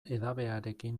edabearekin